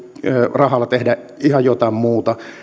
rahalla tehdä ihan jotain muuta